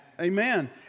Amen